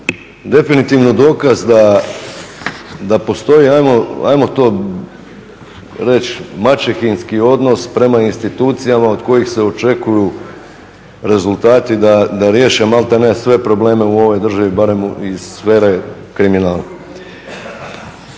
definitivno dokaz da postoji, ajmo to reći maćehinski odnos prema institucijama od kojih se očekuju rezultati, da riješe malte ne sve probleme u ovoj državi barem iz sfere kriminala.